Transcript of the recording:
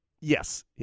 yes